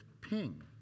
Ping